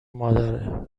مادره